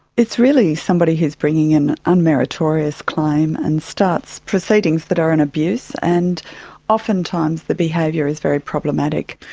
it's really somebody who's bringing in unmeritorious claim and starts proceedings that are an abuse, and oftentimes the behaviour is very problematic.